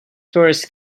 tourists